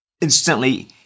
Instantly